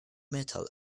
metal